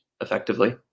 effectively